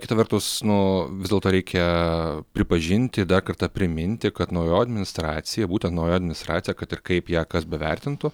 kita vertus nu vis dėlto reikia pripažinti dar kartą priminti kad naujoji administracija būtent naujoji administracija kad ir kaip ją kas bevertintų